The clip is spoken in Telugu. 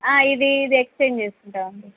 ఇది ఇది ఎక్స్చేంజ్ చేసుకుంటాం అండి